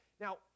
Now